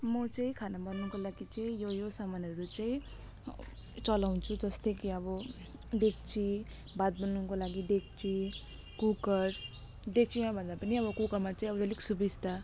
म चाहिँ खाना बनाउनको लागि चाहिँ यो यो सामानहरू चाहिँ चलाउँछु जस्तै कि अब देक्ची भात बनाउनुको लागि देक्ची कुकर देक्चीमा भन्दा पनि अब कुकरमा चाहिँ अब अलिक सुविस्ता